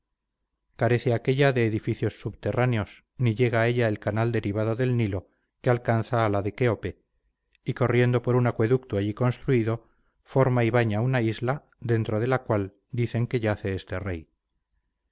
carece aquella de edificios subterráneos ni llega a ella el canal derivado del nilo que alcanza a la de quéope y corriendo por un acueducto allí construido forma y baña una isla dentro de la cual dicen que yace este rey